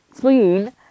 clean